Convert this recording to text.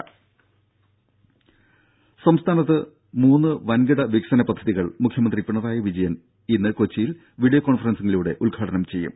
രംഭ സംസ്ഥാനത്തെ മൂന്ന് വൻകിട വികസന പദ്ധതികൾ മുഖ്യമന്ത്രി പിണറായി വിജയൻ ഇന്ന് കൊച്ചിയിൽ വിഡിയോ കോൺഫറൻസിലൂടെ ഉദ്ഘാടനം ചെയ്യും